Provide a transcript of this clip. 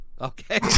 Okay